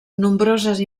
nombroses